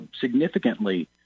significantly